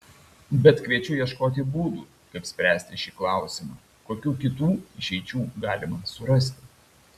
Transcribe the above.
bet kviečiu ieškoti būdų kaip spręsti šį klausimą kokių kitų išeičių galima surasti